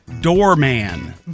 Doorman